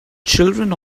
children